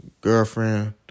girlfriend